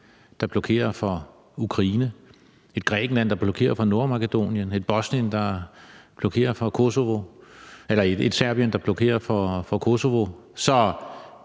der blokerer for Ukraine, et Grækenland, der blokerer for Nordmakedonien, et Serbien, der blokerer for Kosovo? Et så entydigt og forsimplet